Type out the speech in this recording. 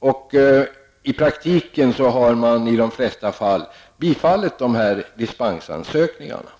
tidskrävande. I praktiken har man i de flesta fall bifallit dispensansökningarna.